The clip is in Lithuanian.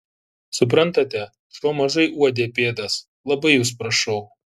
suprantate šuo mažai uodė pėdas labai jus prašau